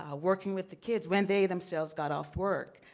ah working with the kids, when they themselves got off work.